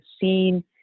seen